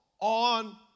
on